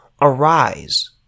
arise